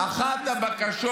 אחת הבקשות